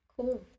Cool